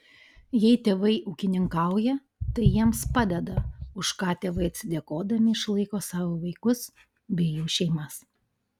jei tėvai ūkininkauja tai jiems padeda už ką tėvai atsidėkodami išlaiko savo vaikus bei jų šeimas